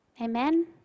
Amen